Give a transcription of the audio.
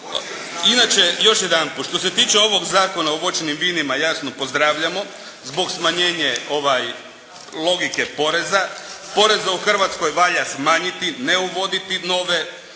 Inače još jedanput. Što se tiče ovog Zakona o voćnim vinima, jasno pozdravljamo zbog smanjenje logike poreza. Poreze u Hrvatskoj valja smanjiti, ne uvoditi nove.